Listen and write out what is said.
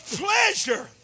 pleasure